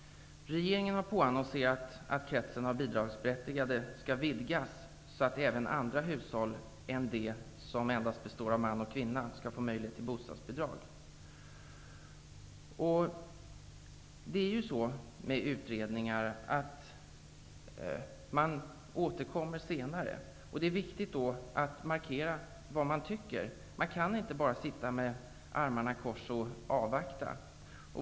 Regeringen har påannonserat att kretsen av bidragsberättigade skall vidgas så att även andra hushåll än de som endast består av man och kvinna skall få möjlighet till bostadsbidrag. När det finns utredningar sägs det alltid att man återkommer senare. Det är då viktigt att markera vad man tycker -- man kan inte bara sitta med armarna i kors och avvakta.